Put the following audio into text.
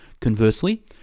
Conversely